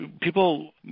People